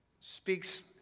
speaks